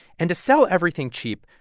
and to sell everything cheap,